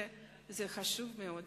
זה חשוב מאוד.